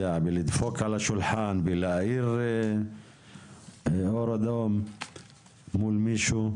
בלדפוק על השולחן, להאיר אור אדום מול מישהו,